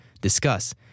discuss